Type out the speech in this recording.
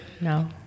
No